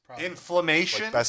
Inflammation